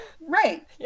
right